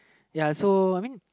ya so I mean